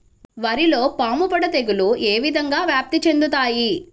వరిలో పాముపొడ తెగులు ఏ విధంగా వ్యాప్తి చెందుతాయి?